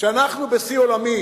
שאנחנו בשיא עולמי